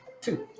Two